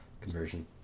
conversion